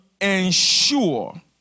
ensure